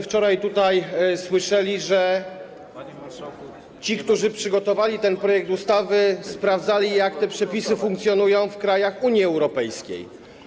Wczoraj tutaj słyszeliśmy, że ci, którzy przygotowali ten projekt ustawy, sprawdzali, jak te przepisy funkcjonują w krajach Unii Europejskiej.